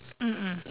mm mm